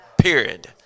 Period